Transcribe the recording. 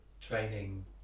training